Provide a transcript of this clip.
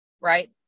right